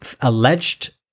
alleged